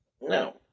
No